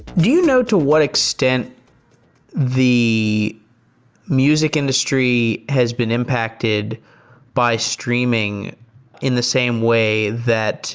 do you know to what extent the music industry has been impacted by streaming in the same way that